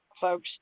folks